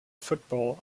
football